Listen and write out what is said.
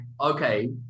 okay